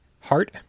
Heart